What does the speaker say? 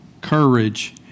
courage